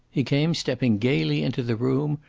he came stepping gaily into the room,